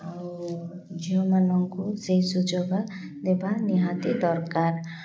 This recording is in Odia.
ଆଉ ଝିଅମାନଙ୍କୁ ସେଇ ସୁଯୋଗ ଦେବା ନିହାତି ଦରକାର